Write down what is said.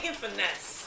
finesse